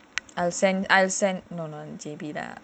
no lah in J_B lah